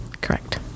Correct